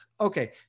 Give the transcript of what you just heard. Okay